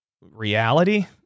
reality